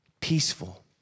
peaceful